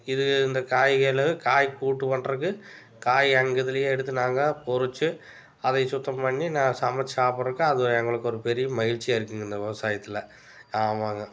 இது இந்த காய்களும் காய் கூட்டு பண்றதுக்கு காய் எங்கள் இதிலையே எடுத்து நாங்கள் பொறித்து அதை சுத்தம் பண்ணி நான் சமைத்து சாப்பிட்றக்கு அது எங்களுக்கு ஒரு பெரிய மகிழ்ச்சியாக இருக்குதுங்க இந்த விவசாயத்தில் ஆமாங்க